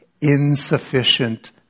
insufficient